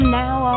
now